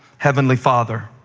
heavenly father,